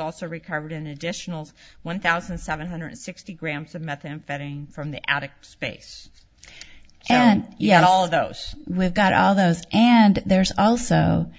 also recovered an additional one thousand seven hundred sixty grams of methamphetamine from the attic space and yet all of those we've got all those and there's also